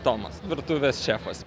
tomas virtuvės šefas